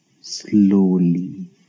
slowly